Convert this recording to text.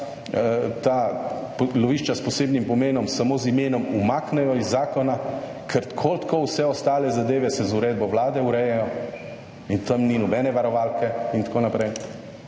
ta lovišča s posebnim pomenom samo z imenom umaknejo iz zakona, ker tako ali tako vse ostale zadeve se z uredbo Vlade urejajo in tam ni nobene varovalke in tako naprej.